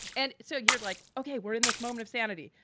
and so you're like, ok, we're in this moment of sanity.